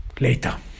later